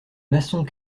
maçons